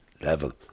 level